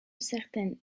certaines